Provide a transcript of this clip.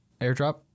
airdrop